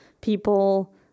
people